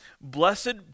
Blessed